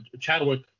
Chadwick